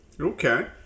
Okay